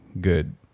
good